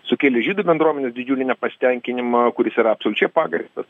sukėlė žydų bendruomenės didžiulį nepasitenkinimą kuris yra absoliučiai pagrįstas